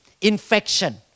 infection